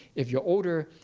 if you're older,